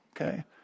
okay